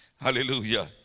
Hallelujah